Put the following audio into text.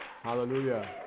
Hallelujah